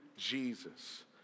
Jesus